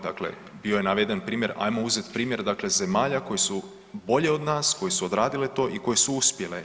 Dakle, bio je naveden primjer ajmo uzet primjer dakle zemalja koje su bolje od nas, koje su odradile to i koje su uspjele.